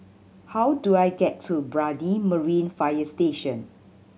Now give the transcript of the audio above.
how do I get to Brani Marine Fire Station